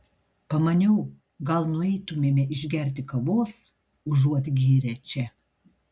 pamaniau gal nueitumėme išgerti kavos užuot gėrę čia